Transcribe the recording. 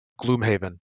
Gloomhaven